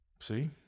See